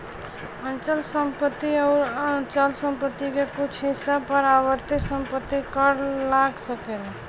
अचल संपत्ति अउर चल संपत्ति के कुछ हिस्सा पर आवर्ती संपत्ति कर लाग सकेला